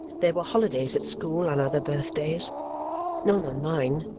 there were holidays at school on other birthdays none on mine.